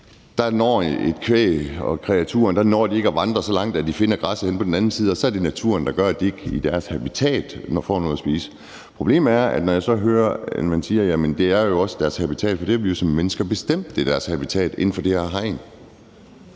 sige, at kvæg og kreaturer ikke når at vandre så langt, at de finder græsset, og så er det naturen, der gør, at de i deres habitat ikke får noget at spise. Problemet er, at jeg så hører, at man siger, at det jo er deres habitat. Men når vi som mennesker har bestemt, at det er deres habitat inden for det her hegn,